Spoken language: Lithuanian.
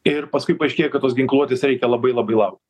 ir paskui paaiškėja kad tos ginkluotės reikia labai labai laukt